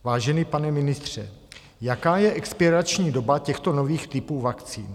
Vážený pane ministře, jaká je expirační doba těchto nových typů vakcín?